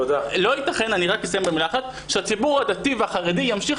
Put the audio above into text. לא יתכן שהציבור הדתי והחרדי ימשיך